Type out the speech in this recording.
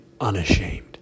unashamed